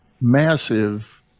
massive